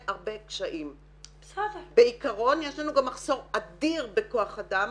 חבל שאין פה תמונה של ואדי אל-נעם.